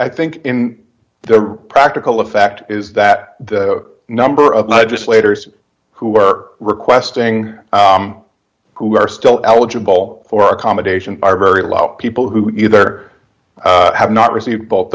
i think in the practical effect is that the number of legislators who are requesting who are still eligible for accommodation are very low people who either have not received both